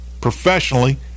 professionally